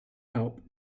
help